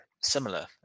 similar